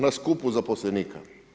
Na skupu zaposlenika.